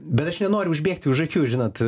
bet aš nenoriu užbėgti už akių žinot